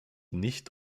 nicht